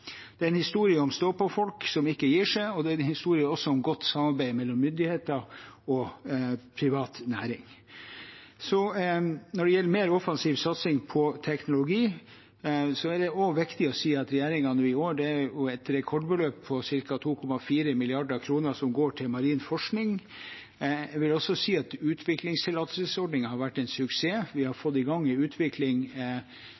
Det er en historie om stå-på-folk som ikke gir seg, og det er også en historie om godt samarbeid mellom myndigheter og privat næring. Når det gjelder mer offensiv satsing på teknologi, er det også viktig å si at regjeringen nå i år har et rekordbeløp på ca. 2,4 mrd. kr som går til marin forskning. Jeg vil også si at utviklingstillatelsesordningen har vært en suksess. Vi har